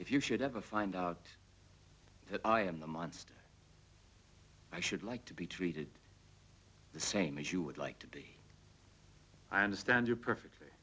if you should ever find out that i am the monster i should like to be treated the same as you would like to be i understand you perfect